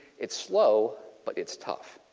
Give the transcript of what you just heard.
it's slow, but it's tough.